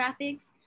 graphics